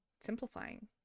simplifying